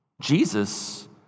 Jesus